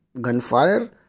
gunfire